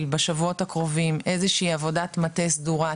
בשבועות הקרובים איזו שהיא עבודת מטה סדורה,